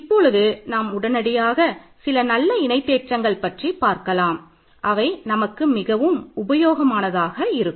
இப்பொழுது நாம் உடனடியாக சில நல்ல இணை தேற்றங்கள் பற்றி பார்க்கலாம் அவை நமக்கு மிகவும் உபயோகமானதாக இருக்கும்